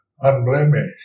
unblemished